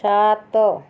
ସାତ